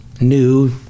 new